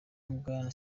bwana